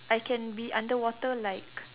I can be under water like